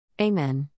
Amen